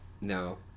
No